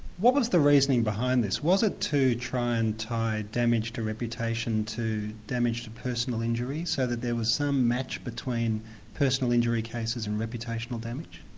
what was the reasoning behind this? was it to try and tie damage to reputation to damage to personal injury, so that there was some match between personal injury cases and reputational damage?